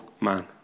man